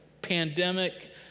Pandemic